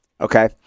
Okay